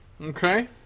okay